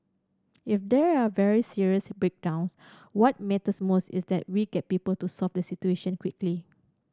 if there are very serious breakdowns what matters most is that we get people to solve the situation quickly